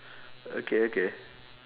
okay okay